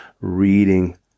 reading